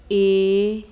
A